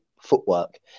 footwork